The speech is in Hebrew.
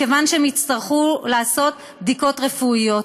מכיוון שהם יצטרכו לעשות בדיקות רפואיות.